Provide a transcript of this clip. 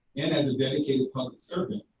and as a dedicated public servant,